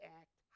act